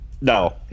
No